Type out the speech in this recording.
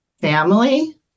family